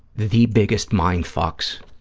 the biggest mind fucks,